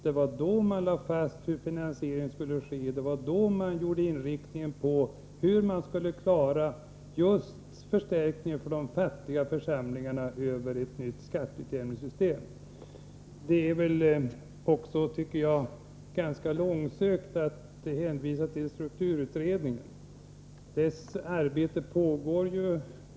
Det var då man slog fast hur finansieringen skulle ske, och det var då man lade fast riktlinjerna för hur man skulle förstärka de fria församlingarnas ekonomi genom ett nytt skatteutjämningssystem. Det är ganska långsökt att hänvisa till strukturutredningen. Dess arbete pågår ju.